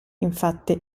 infatti